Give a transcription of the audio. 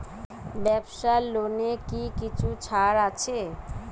ব্যাবসার লোনে কি কিছু ছাড় আছে?